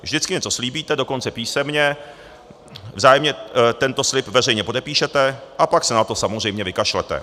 Vždycky něco slíbíte, dokonce písemně, vzájemně tento slib veřejně podepíšete a pak se na to samozřejmě vykašlete.